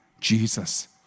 Jesus